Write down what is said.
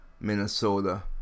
Minnesota